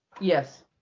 Yes